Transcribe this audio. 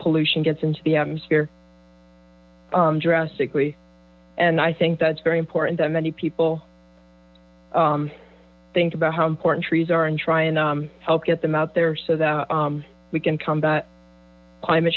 pollution gets into the atmosphere drastically and i think that's very important that many people think about how important trees are and try and help get them out there so that we can combat climate